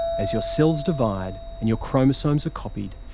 as your cells divide and your chromosomes are copied,